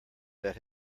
that